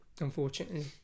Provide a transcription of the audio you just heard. unfortunately